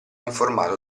informato